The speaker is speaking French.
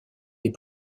les